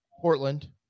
Portland